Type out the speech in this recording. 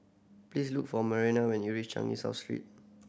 please look for Marianna when you reach Changi South Street